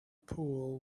pool